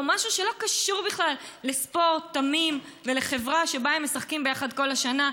או משהו שלא קשור בכלל לספורט תמים ולחברה שבה הם משחקים ביחד כל השנה.